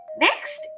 Next